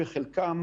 וחלקם